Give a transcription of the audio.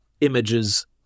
images